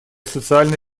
социально